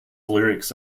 lyrics